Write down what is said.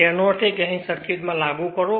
તેનો અર્થ એ કે અહીં સર્કિટમાં લાગુ કરો